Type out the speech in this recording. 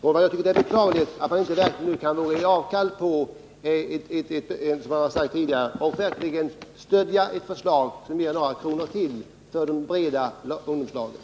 Jag tycker det är beklagligt att man inte kan göra avkall på sina principer och stödja ett förslag som ger några kronor till åt de breda ungdomslagren.